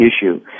issue